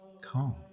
calm